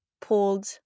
pulled